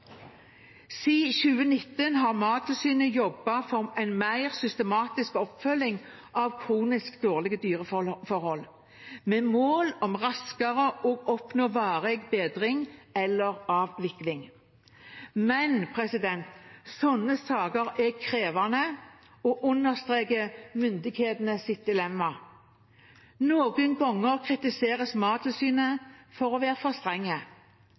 2019 har Mattilsynet jobbet for en mer systematisk oppfølging av kronisk dårlige dyrehold, med mål om raskere å oppnå varig bedring eller avvikling. Men slike saker er krevende og understreker myndighetenes dilemma. Noen ganger kritiseres Mattilsynet for å være for strenge,